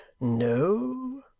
No